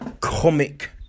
comic